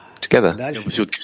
together